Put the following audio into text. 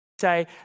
say